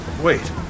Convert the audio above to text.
Wait